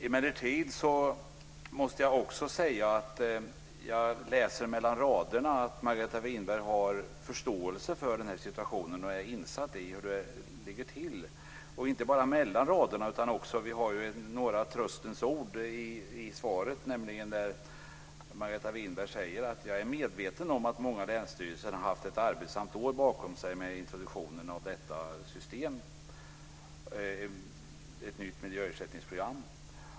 Emellertid måste jag också säga att jag läser mellan raderna att Margareta Winberg har förståelse för situationen och är insatt i hur det ligger till - och inte bara mellan raderna, utan vi har också några tröstens ord i svaret. Margareta Winberg säger nämligen att hon är medveten om att många länsstyrelser har haft ett arbetssamt år bakom sig i och med introduktionen av detta system. Det är ju ett nytt miljöersättningsprogram.